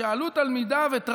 שאלו תלמידיו את רשב"י,